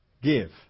give